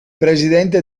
presidente